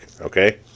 Okay